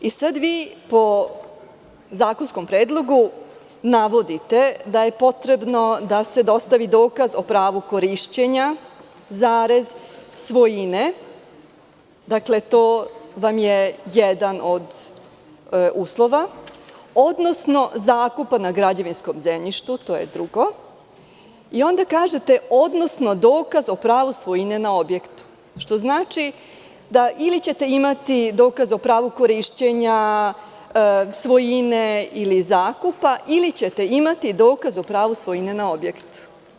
Po zakonskom predlogu navodite da je potrebno da se dostavi dokaz o pravu korišćenja, svojine, to vam je jedan od uslova, odnosno zakupa na građevinskom zemljištu, to je drugo, i onda kažete – odnosno dokaza o pravu svojine na objektu, što znači da ili ćete imati dokaz o pravu korišćenja svojine ili zakupa ili ćete imati dokaz o pravu svojine na objektu.